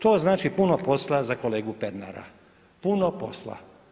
To znači puno posla za kolegu Pernara, puno posla.